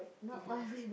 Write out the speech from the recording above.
it's a